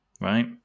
right